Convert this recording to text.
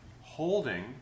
holding